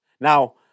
Now